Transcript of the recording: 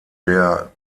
der